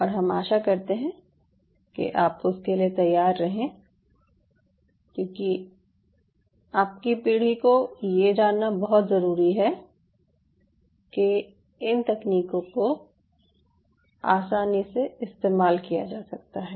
और हम आशा करते हैं कि आप उसके लिए तैयार रहें क्यूंकि आपकी पीढ़ी को ये जानना बहुत ज़रूरी है कि कैसे इन तकनीकों को आसानी से इस्तेमाल किया जा सकता है